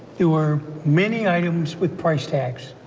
there were many items with price tags.